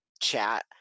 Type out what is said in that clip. chat